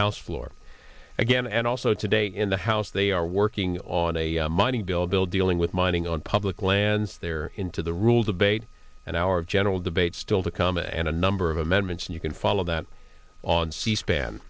house floor again and also today in the house they are working on a mining bill bill dealing with mining on public lands there into the rule debate and our general debate still to come and a number of amendments and you can follow that on c span